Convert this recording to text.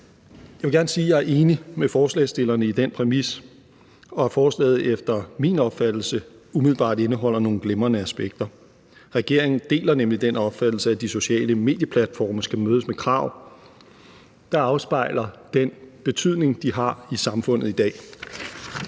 Jeg vil gerne sige, at jeg er enig med forslagsstillerne i den præmis, og at forslaget efter min opfattelse umiddelbart indeholder nogle glimrende aspekter. Regeringen deler nemlig den opfattelse, at de sociale medieplatforme skal mødes med krav, der afspejler den betydning, de har i samfundet i dag.